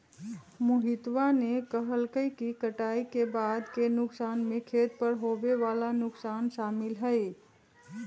मोहितवा ने कहल कई कि कटाई के बाद के नुकसान में खेत पर होवे वाला नुकसान शामिल हई